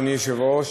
אדוני היושב-ראש,